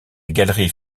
galerie